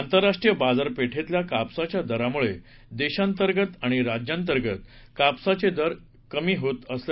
आंतरराष्ट्रीय बाजारपेठेतील कापसाच्या दरामुळे देशाअंतर्गत आणि राज्यांतर्गत कापसाचे दर कमी होत गेले